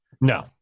No